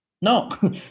no